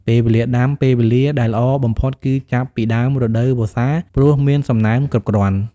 ពេលវេលាដាំ ពេលវេលាដែលល្អបំផុតគឺចាប់ពីដើមរដូវវស្សា ព្រោះមានសំណើមគ្រប់គ្រាន់។